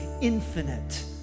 infinite